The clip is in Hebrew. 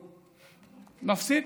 מפסיק.